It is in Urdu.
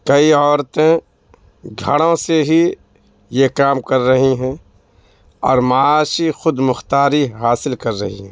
کئی عورتیں گھروں سے ہی یہ کام کر رہی ہیں اور معاشی خود مختاری حاصل کر رہی ہیں